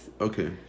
okay